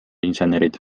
insenerid